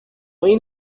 این